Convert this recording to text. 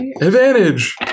Advantage